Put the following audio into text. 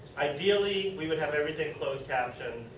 ideally we would have everything closed captioned.